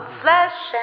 flesh